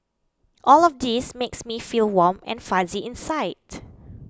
all of these makes me feel warm and fuzzy inside